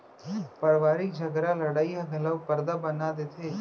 परवारिक झगरा लड़ई ह घलौ परदा बना देथे